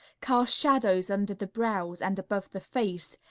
cast shadows under the brows and above the face,